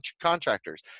contractors